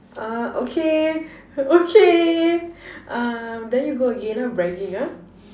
uh okay okay uh then you go again ah bragging ah